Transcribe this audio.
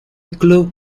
club